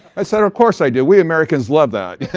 i said, of of course i do, we americans love that. yeah